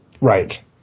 right